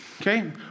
Okay